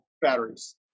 batteries